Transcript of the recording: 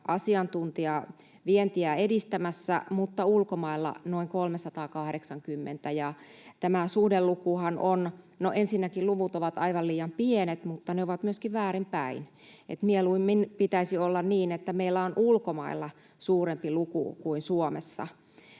asiantuntijaa vientiä edistämässä, mutta ulkomailla noin 380. No ensinnäkin luvut ovat aivan liian pienet, mutta ne ovat myöskin väärinpäin, eli mieluummin pitäisi olla niin, että meillä on ulkomailla suurempi luku kuin Suomessa.